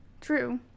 True